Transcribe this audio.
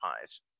pies